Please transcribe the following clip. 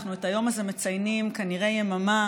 את היום הזה אנחנו מציינים כנראה יממה